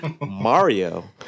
Mario